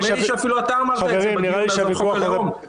לי שאפילו אתה אמרת את זה בדיון על חוק הלאום,